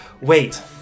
wait